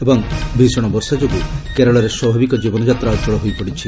ଏବଂ ଭୀଷଣ ବର୍ଷା ଯୋଗୁଁ କେରଳରେ ସ୍ୱାଭାବିକ ଜୀବନଯାତ୍ରା ଅଚଳ ହୋଇପଡ଼ିଛି